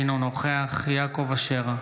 אינו נוכח יעקב אשר,